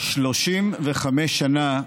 35 שנה,